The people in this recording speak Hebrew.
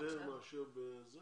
יותר מאשר ב ?